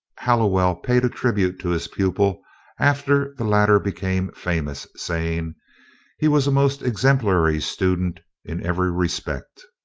hallowell paid a tribute to his pupil after the latter became famous, saying he was a most exemplary student in every respect.